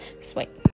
Sweet